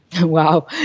Wow